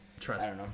trust